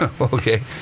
Okay